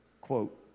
Quote